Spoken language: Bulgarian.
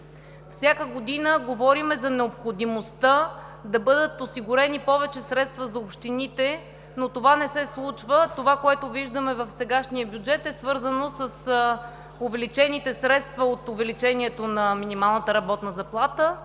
всяка година говорим за необходимостта да бъдат осигурени повече средства за общините, но това не се случва. Това, което виждаме в сегашния бюджет, е свързано с увеличените средства от увеличението на минималната работна заплата,